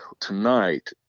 tonight